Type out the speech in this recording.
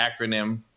acronym